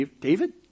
David